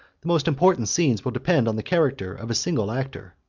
the most important scenes will depend on the character of a single actor.